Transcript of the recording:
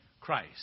Christ